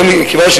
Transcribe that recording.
הרס,